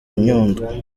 nyundo